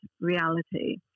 reality